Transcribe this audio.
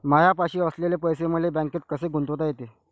मायापाशी असलेले पैसे मले बँकेत कसे गुंतोता येते?